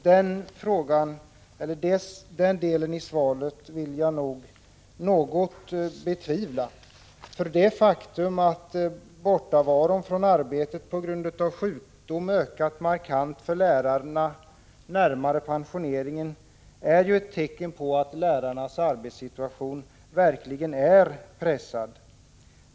Det påståendet i svaret vill jag nog något betvivla. Det är ett faktum att bortovaron från arbetet på grund av sjukdom ökat markant för lärarna närmare pensioneringen. Det är ju ett tecken på att lärarnas arbetssituation verkligen är pressad.